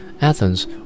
Athens